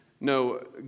No